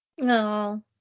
No